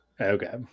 okay